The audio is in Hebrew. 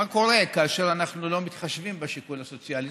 מה קורה כאשר אנחנו לא מתחשבים בשיקול הסוציאלי?